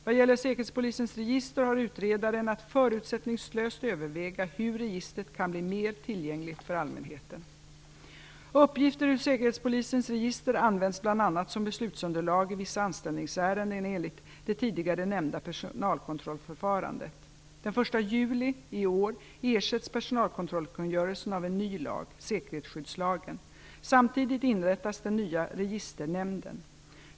Vad gäller säkerhetspolisens register har utredaren att förutsättningslöst överväga hur registret kan bli mer tillgängligt för allmänheten. Uppgifter ur säkerhetspolisens register används bl.a. som beslutsunderlag i vissa anställningsärenden enligt det tidigare nämnda personalkontrollförfarandet. Den 1 juli i år ersätts personalkontrollkungörelsen av en ny lag - säkerhetssyddslagen. Samtidigt inrättas den nya registernämnden.